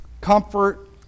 comfort